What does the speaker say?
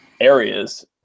areas